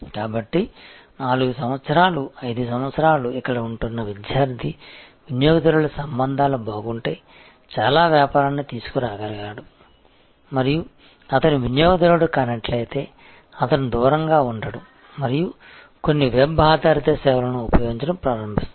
కాబట్టి 4 సంవత్సరాలు 5 సంవత్సరాలు ఇక్కడ ఉంటున్న విద్యార్థి వినియోగదారుల సంబంధాలు బాగుంటే చాలా వ్యాపారాన్ని తీసుకురాగలడు మరియు అతను వినియోగదారుడు కానట్లయితే అతను దూరంగా ఉండడు మరియు కొన్ని వెబ్ ఆధారిత సేవలను ఉపయోగించడం ప్రారంభిస్తాడు